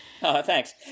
Thanks